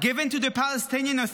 given to the Palestinian Authority,